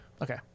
Okay